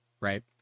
Right